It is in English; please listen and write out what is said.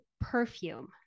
perfume